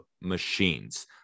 machines